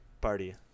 party